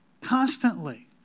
constantly